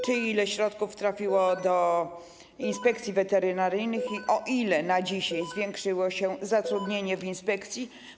Czy i ile środków trafiło do inspekcji weterynaryjnych i o ile dzisiaj zwiększyło się zatrudnienie w inspekcji?